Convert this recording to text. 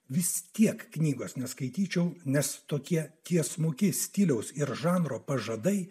vis tiek knygos neskaityčiau nes tokie tiesmuki stiliaus ir žanro pažadai